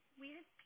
weird